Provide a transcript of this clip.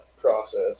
process